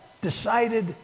decided